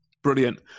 Brilliant